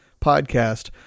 podcast